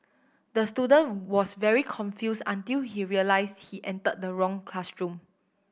the student was very confused until he realised he entered the wrong classroom